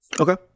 Okay